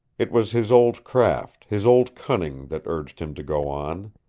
it was his old craft, his old cunning, that urged him to go on.